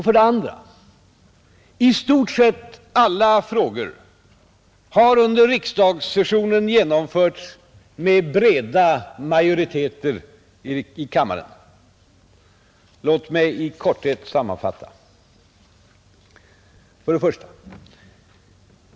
För det andra: I stort sett alla frågor har under riksdagssessionen genomförts med breda majoriteter i kammaren. Låt mig i korthet sammanfatta! 1.